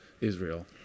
Israel